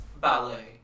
ballet